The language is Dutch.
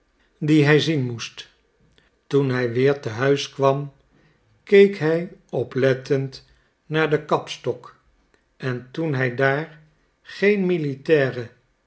die hij zien moest toen hij weer te huis kwam keek hij oplettend naar den kapstok en toen hij daar geen militairen